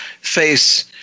face